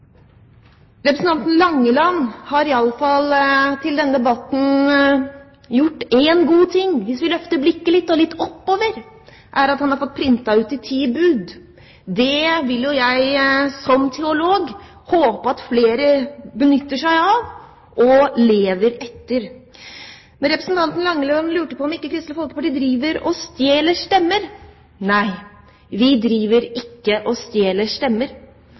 Representanten Langeland har iallfall til denne debatten gjort én god ting hvis vi løfter blikket litt – og litt oppover: Han har fått printet ut De ti bud. Det vil jo jeg som teolog håpe at flere benytter seg av og lever etter. Men representanten Langeland lurte på om ikke Kristelig Folkeparti driver og stjeler stemmer. Nei, vi driver ikke og stjeler stemmer.